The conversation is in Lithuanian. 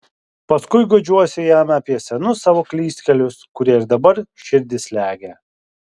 paskui guodžiuosi jam apie senus savo klystkelius kurie ir dabar širdį slegia